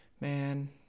man